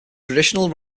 traditional